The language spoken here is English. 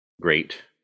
great